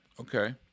Okay